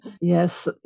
yes